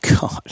God